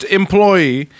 employee